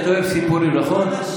אתה אוהב סיפורים, נכון?